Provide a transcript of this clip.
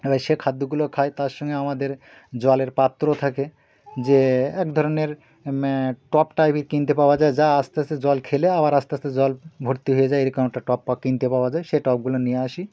এবার সে খাদ্যগুলো খায় তার সঙ্গে আমাদের জলের পাত্র থাকে যে এক ধরনের টব টাইপের কিনতে পাওয়া যায় যা আস্তে আস্তে জল খেলে আবার আস্তে আস্তে জল ভর্তি হয়ে যায় এরকম একটা টব কিনতে পাওয়া যায় সেই টবগুলো নিয়ে আসি